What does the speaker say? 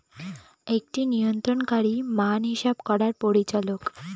একটি নিয়ন্ত্রণকারী মান হিসাব করার পরিচালক